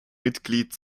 mitglied